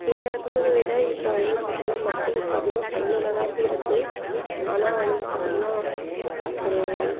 முன்ன இருந்ததை விட இப்போ வந்து பார்த்திங்கினா மக்களுக்கு அதிகம் பயன் உள்ளதாக தான் இருக்குது ஆனால் வந்து பார்த்திங்கினா ஒரு